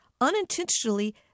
Unintentionally